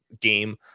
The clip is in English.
game